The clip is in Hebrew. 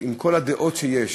עם כל הדעות שאין